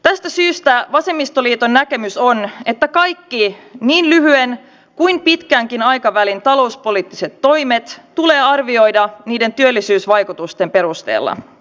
tästä syystä vasemmistoliiton näkemys on että kaikki niin lyhyen kuin pitkänkin aikavälin talouspoliittiset toimet tulee arvioida niiden työllisyysvaikutusten perusteella